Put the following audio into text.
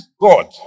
God